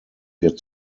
wir